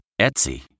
Etsy